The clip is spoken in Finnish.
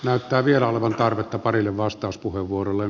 näyttää vielä olevan tarvetta parille vastauspuheenvuorolle